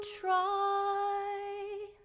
try